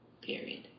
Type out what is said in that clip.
Period